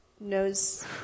knows